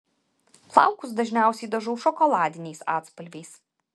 plaukus dažniausiai dažau šokoladiniais atspalviais